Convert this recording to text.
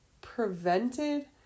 prevented